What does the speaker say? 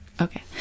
Okay